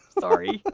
sorry